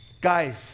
Guys